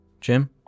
Jim